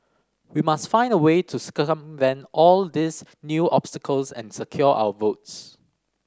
we must find a way to circumvent all these new obstacles and secure our votes